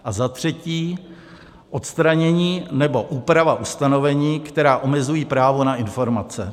a za třetí, odstranění nebo úprava ustanovení, která omezují právo na informace.